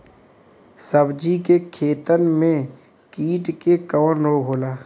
सब्जी के खेतन में कीट से कवन रोग होला?